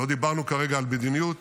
לא דיברנו כרגע על מדיניות.